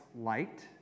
light